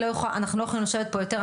אנחנו לא יכולים לשבת פה יותר.